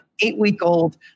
eight-week-old